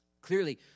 clearly